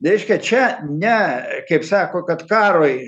reiškia čia ne kaip sako kad karui